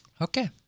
Okay